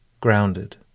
grounded